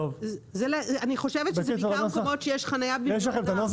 אני חושבת שזה בעיקר במקומות שיש חנייה במאונך.